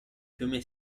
fiume